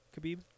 Khabib